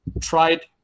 tried